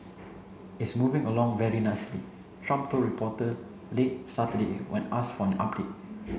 it's moving along very nicely Trump told reporter late Saturday when asked for an update